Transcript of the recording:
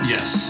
Yes